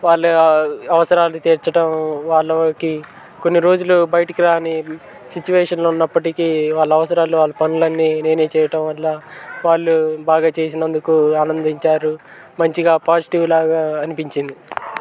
వాళ్ళ అవసరాలు తీర్చడం వాళ్ళకి కొన్ని రోజులు బయటికి రాని సిచువేషన్లో ఉన్నప్పటికీ వాళ్ళ అవసరాలు వాళ్ళ పనులు అన్ని నేనే చేయటం వల్ల వాళ్ళు బాగా చేసినందుకు ఆనందించారు మంచిగా పాజిటివ్ లాగా అనిపించింది